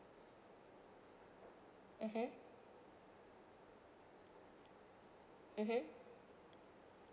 (uh huh) (uh huh)